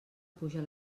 puja